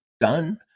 done